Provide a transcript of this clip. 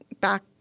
back